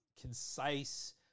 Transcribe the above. concise